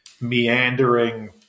meandering